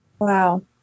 Wow